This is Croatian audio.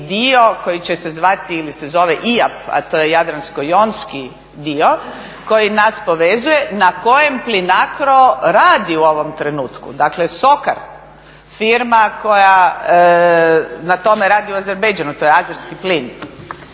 dio koji će e zvati ili se zove IAP, a to je jadransko-jonski dio koji nas povezuje na kojem PLINACRO radi u ovom trenutku. Dakle, Sokar firma koja na tome radi u Azerbejdžanu, to je azerski plin